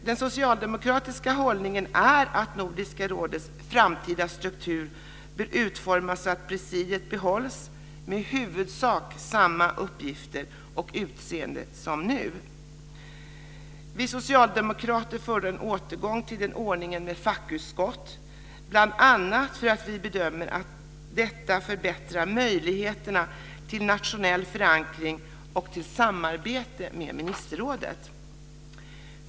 Den socialdemokratiska hållningen är att Nordiska rådets framtida struktur bör utformas så att presidiet behålls med i huvudsak samma uppgifter och utseende som nu. Vi socialdemokrater förordar en återgång till ordningen med fackutskott, bl.a. för att vi bedömer att det förbättrar möjligheterna till nationell förankring och till samarbete med ministerrådet.